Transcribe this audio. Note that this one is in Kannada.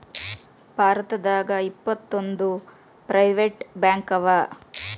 ಭಾರತದಾಗ ಇಪ್ಪತ್ತೊಂದು ಪ್ರೈವೆಟ್ ಬ್ಯಾಂಕವ